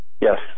Yes